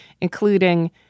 including